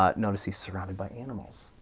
ah notice he's surrounded by animals,